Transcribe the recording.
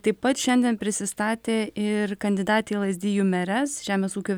taip pat šiandien prisistatė ir kandidatei lazdijų merės žemės ūkio